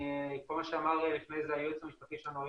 כל מה שאמר לפני כן היועץ המשפטי שלנו,